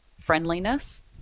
friendliness